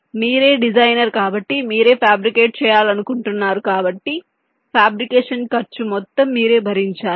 మీరే డిజైనర్ కాబట్టి మీరే ఫ్యాబ్రికేట్ చేయాలనుకుంటున్నారు కాబట్టి ఫ్యాబ్రికేషన్ ఖర్చు మొత్తం మీరే భరించాలి